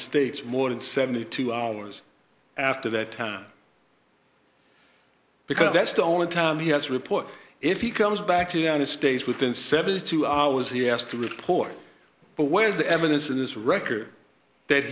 states more than seventy two hours after that because that's the only time he has a report if he comes back to you and stays within seventy two hours the ass to report but where is the evidence in this record that